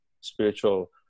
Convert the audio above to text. spiritual